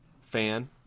fan